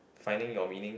finding your meaning